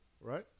right